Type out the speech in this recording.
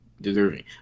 deserving